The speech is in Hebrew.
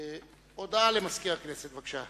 הודעה למזכיר הכנסת, בבקשה.